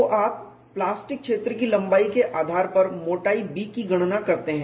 तो आप प्लास्टिक क्षेत्र की लंबाई के आधार पर मोटाई B की गणना करते हैं